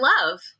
love